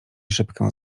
szybkę